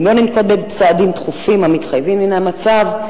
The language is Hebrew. ואם לא ננקוט צעדים דחופים המתחייבים מן המצב,